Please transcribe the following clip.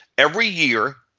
every year,